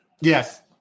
Yes